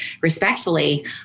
respectfully